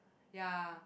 ya